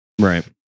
Right